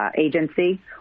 agency